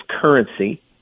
currency